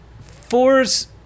fours